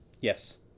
Yes